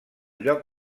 lloc